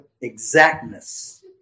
exactness